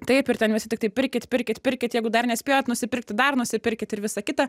taip ir ten visi tiktai pirkit pirkit pirkit jeigu dar nespėjot nusipirkti dar nusipirkit ir visa kita